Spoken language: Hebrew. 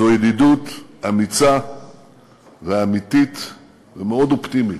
זו ידידות אמיצה ואמיתית ומאוד אופטימית.